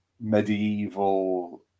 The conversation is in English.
medieval